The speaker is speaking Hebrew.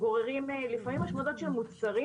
גוררים לפעמים השמדות של מוצרים,